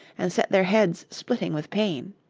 and set their heads splitting with pain.